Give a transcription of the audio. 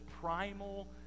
primal